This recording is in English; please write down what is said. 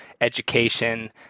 education